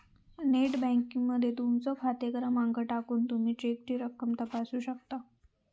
net banking मध्ये तुमचो खाते क्रमांक टाकून तुमी चेकची रक्कम तपासू शकता